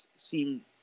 seem